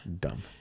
Dumb